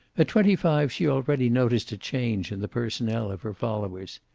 at twenty-five she already noticed a change in the personnel of her followers.